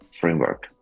framework